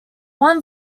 one